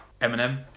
Eminem